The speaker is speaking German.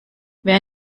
wer